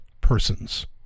persons